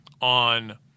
on –